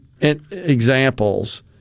examples